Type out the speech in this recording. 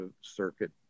circuit